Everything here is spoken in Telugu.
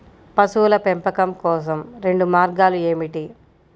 పశువుల పెంపకం కోసం రెండు మార్గాలు ఏమిటీ?